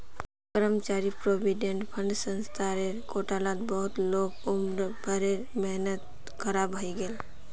कर्मचारी provident fund संस्थार घोटालात बहुत लोगक उम्र भरेर मेहनत ख़राब हइ गेले